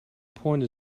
pointed